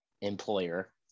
employer